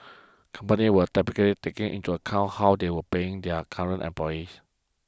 companies will typically take into account how they are paying their current employees